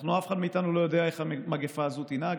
אף אחד מאיתנו לא יודע איך המגפה הזאת תנהג.